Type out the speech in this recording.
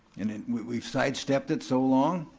and we've sidestepped it so long,